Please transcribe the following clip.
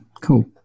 cool